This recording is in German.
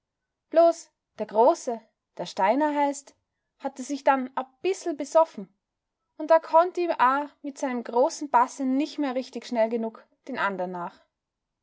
bloß der große der steiner heißt hatte sich dann a bissel besoffen und da konnt a mit seinem großen basse nich mehr richtig schnell genug den andern nach